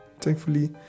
Thankfully